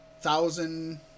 thousand